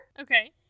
Okay